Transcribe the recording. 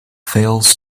fails